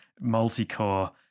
multi-core